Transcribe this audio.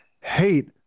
hate